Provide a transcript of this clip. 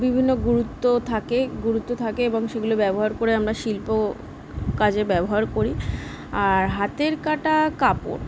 বিভিন্ন গুরুত্বও থাকে গুরুত্ব থাকে এবং সেগুলো ব্যবহার করে আমরা শিল্প কাজে ব্যবহার করি আর হাতের কাটা কাপড়